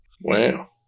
Wow